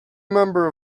member